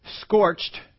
scorched